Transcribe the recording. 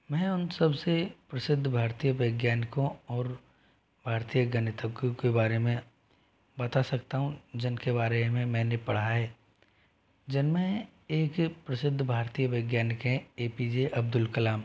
मैं उन सब से प्रसिद्ध भारतीय वैज्ञानिकों और भारतीय गणितज्ञों के बारे में बता सकता हूँ जिन के बारे में मैंने पढ़ा है जिन में एक प्रसिद्ध भारतीय वैज्ञानिक के हैं A P J Abdul Kalam